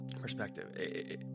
Perspective